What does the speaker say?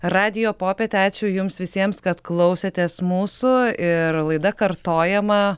radijo popietę ačiū jums visiems kad klausėtės mūsų ir laida kartojama